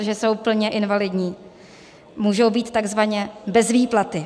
protože jsou plně invalidní, můžou být takzvaně bez výplaty.